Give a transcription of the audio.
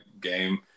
game